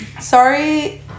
sorry